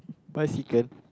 bicycle